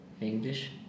English